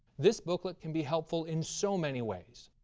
this booklet can be helpful in so many ways.